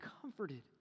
comforted